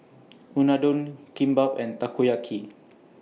Unadon Kimbap and Takoyaki